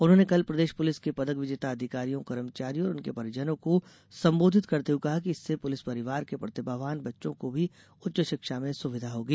उन्होंने कल प्रदेश पुलिस के पदक विजेता अधिकारियों कर्मचारियों और उनके परिजनों को संबोधित करते हुए कहा कि इससे पुलिस परिवार के प्रतिभावान बच्चों को भी उच्च शिक्षा में सुविधा होगी